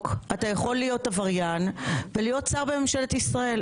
אתה יכול להיות עבריין ולהיות שר בממשלת ישראל.